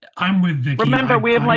ah i'm with you. remember we have like,